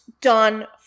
done